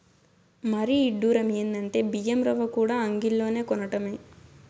మరీ ఇడ్డురం ఎందంటే బియ్యం రవ్వకూడా అంగిల్లోనే కొనటమే